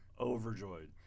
overjoyed